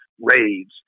raids